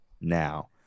now